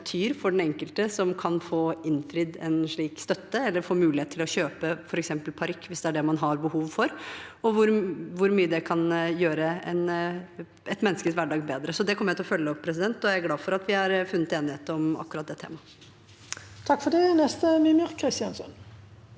for den enkelte som kan få innfridd en slik støtte eller få mulighet til å kjøpe f.eks. parykk hvis det er det man har behov for, og hvor mye det kan gjøre et menneskes hverdag bedre. Så dette kommer jeg til å følge opp, og jeg er glad for at vi har funnet enighet om akkurat det temaet. Mímir Kristjánsson